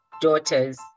daughters